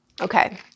Okay